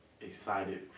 excited